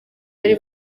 bari